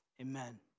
amen